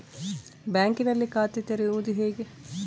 ಬ್ಯಾಂಕಿನಲ್ಲಿ ಖಾತೆ ತೆರೆಯುವುದು ಹೇಗೆ?